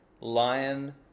Lion